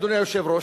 אדוני היושב-ראש,